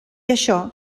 això